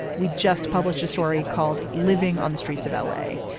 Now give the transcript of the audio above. we just published a story called living on the streets of l a.